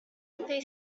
they